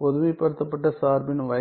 பொதுமைப்படுத்தப்பட்ட சார்பின் வகைக்கெழு